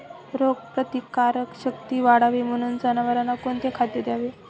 रोगप्रतिकारक शक्ती वाढावी म्हणून जनावरांना कोणते खाद्य द्यावे?